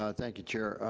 ah thank you, chair.